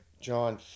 John